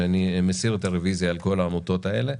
שאני מסיר את הרוויזיה על כל העמותות האלה,